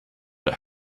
that